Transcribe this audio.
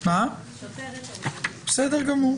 תודה.